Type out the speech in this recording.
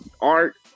art